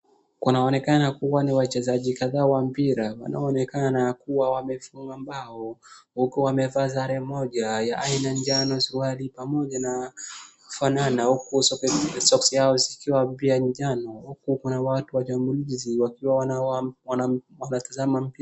Kunaonekana kuwa ni wachezaji kadhaa wa mpira wanaonekana kuwa wamefunga mbao huku wamevaa sare moja ya aina jano suruali pamoja na kufanana huku socks yao zikiwa mpya jano huku kuna watu wakiamlizi wakiwa wanatazama mpira.